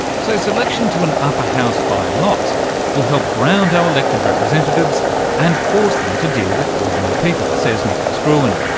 so selection to an upper house by lot will help ground our elected representatives and force them to deal with ordinary people, says nicholas gruen,